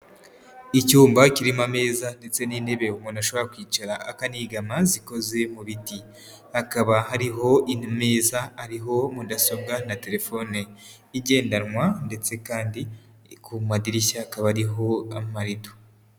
Icyumba kirimo ameza ndetse n'intebe umuntu ashobora kwicara akanigama zikoze mu biti. Hakaba hariho imeza ariho mudasobwa na telefone igendanwa ndetse kandi ku madirishya hakaba ariho amarido.